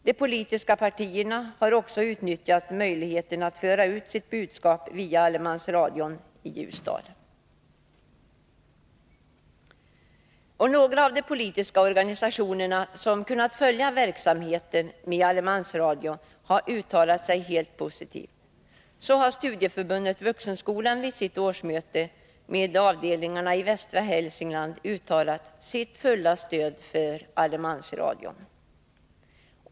De politiska partierna har också utnyttjat möjligheten att föra ut sitt budskap via allemansradion i Ljusdal. Några av de politiska organisationerna som kunnat följa verksamheten med allemansradion har uttalat sig helt positivt. Så har studieförbundet Vuxenskolan vid sitt årsmöte med avdelningarna i västra Hälsingland uttalat ”sitt fulla stöd för allemansradion”.